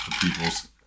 peoples